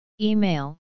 Email